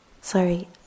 sorry